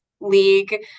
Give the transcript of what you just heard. league